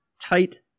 tight